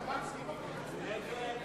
האקדמיה הלאומית הישראלית למדעים (תיקון,